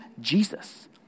Jesus